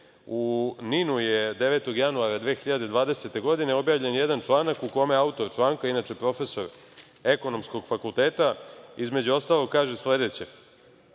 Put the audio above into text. U NIN-u je 9. januara 2020. godine objavljen jedan članak u kome autor članka, inače profesor ekonomskog fakulteta, između ostalog, kaže sledeće: